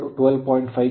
ಆದ್ದರಿಂದ ಲೋಡ್ 12